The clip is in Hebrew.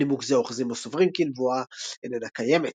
בנימוק זה אוחזים הסוברים, כי נבואה איננה קיימת.